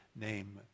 name